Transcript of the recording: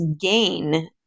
gain